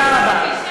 תודה רבה.